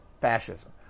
fascism